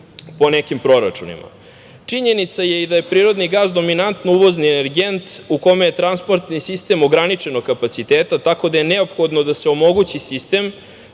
po nekim proračunima. Činjenica je i da je prirodni gas dominantno uvozni energent u kome je transportni sistem ograničenog kapaciteta, tako da je neophodno da se omogući sistem